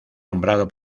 nombrado